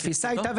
התפיסה הייתה,